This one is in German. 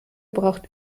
braucht